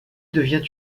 devient